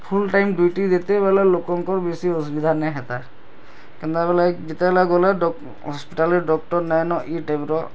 ଫୁଲ୍ time duty ଯେତେବେଳେ ଲୋକଙ୍କର ବେଶି ଅସୁବିଧା ନାଇଁ ହେଁତା କେନ୍ତାବେଲେ ଯେତେବେଳେ ଗଲେ ଡ଼କ୍ଟର ହସ୍ପିଟାଲରେ ଡକ୍ଟର୍ ନାଇଁନ ଇ ଟାଇପର